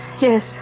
Yes